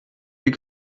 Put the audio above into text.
you